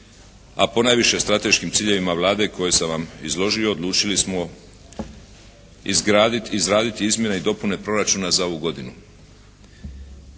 a ponajviše strateškim ciljevima Vlade koje sam vam izložio odlučili smo izraditi izmjene i dopune Proračuna za ovu godinu.